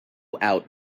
out